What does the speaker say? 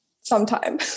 sometime